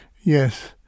Yes